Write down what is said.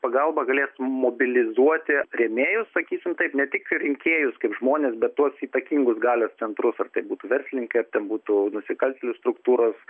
pagalba galės mobilizuoti rėmėjus sakysim taip ne tik rinkėjus kaip žmonės bet tuos įtakingus galios centrus ar tai būtų verslininkai ar tai būtų nusikaltėlių struktūros